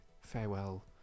farewell